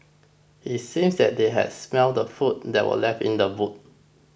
it seems that they had smelt the food that were left in the boot